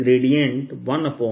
r r